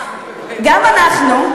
גם אנחנו,